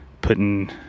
putting